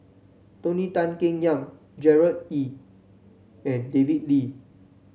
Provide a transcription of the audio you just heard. Tony Tan Keng Yam Gerard Ee and David Lee